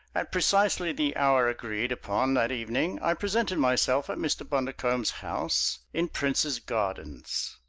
at precisely the hour agreed upon that evening i presented myself at mr. bundercombe's house in prince's gardens.